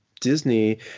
Disney